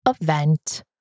event